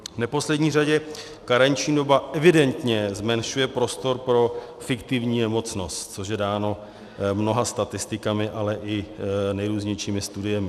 V neposlední řadě karenční doba evidentně zmenšuje prostor pro fiktivní nemocnost, což je dáno mnoha statistikami, ale i nejrůznějšími studiemi.